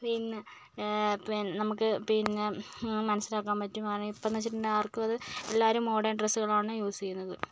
പിന്നെ നമുക്ക് പിന്നെ മനസിലാക്കാൻ പറ്റും ഇപ്പോഴും വച്ചിട്ടുണ്ടെങ്കിൽ ആർക്കും ഒര് എല്ലാവരും മോഡേൺ ഡ്രെസ്സുകളാണ് യൂസ് ചെയ്യുന്നത്